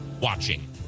watching